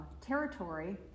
territory